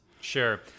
sure